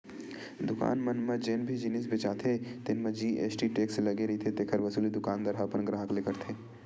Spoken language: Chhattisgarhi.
दुकान मन म जेन भी जिनिस बेचाथे तेन म जी.एस.टी टेक्स लगे रहिथे तेखर वसूली दुकानदार ह अपन गराहक ले करथे